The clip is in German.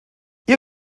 ihr